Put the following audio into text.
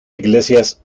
iglesias